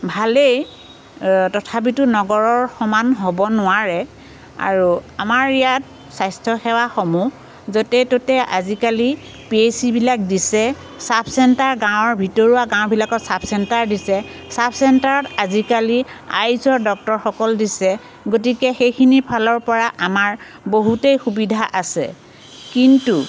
ভালেই তথাপিতো নগৰৰ সমান হ'ব নোৱাৰে আৰু আমাৰ ইয়াত স্বাস্থ্য সেৱাসমূহ য'তে ত'তে আজিকালি পি এইচ চিবিলাক দিছে ছাব চেণ্টাৰ গাঁৱৰ ভিতৰুৱা গাঁওবিলাকত ছাব চেণ্টাৰ দিছে ছাব চেণ্টাৰত আজিকালি আই চোৱা ডক্তৰসকল দিছে গতিকে সেইখিনি ফালৰ পৰা আমাৰ বহুতেই সুবিধা আছে কিন্তু